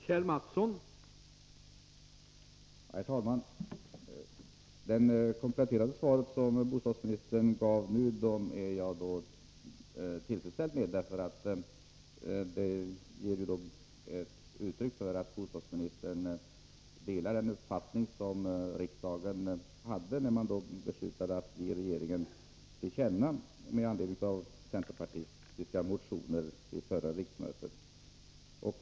Herr talman! Jag är tillfredsställd med bostadsministerns kompletterande svar, eftersom det framgår att bostadsministern delar den uppfattning som riksdagen gav regeringen till känna med anledning av centerpartistiska motioner vid förra riksmötet.